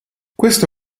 questo